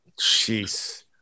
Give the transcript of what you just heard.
Jeez